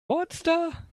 monster